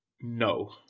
No